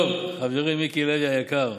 טוב, חברי מיקי לוי היקר,